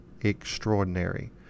extraordinary